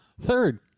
Third